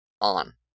on